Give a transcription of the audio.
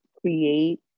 create